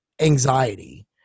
anxiety